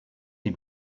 sie